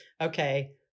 okay